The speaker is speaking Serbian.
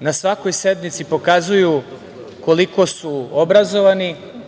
na svakoj sednici pokazuju koliko su obrazovani,